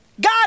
God